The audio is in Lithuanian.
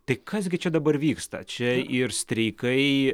tai kas gi čia dabar vyksta čia ir streikai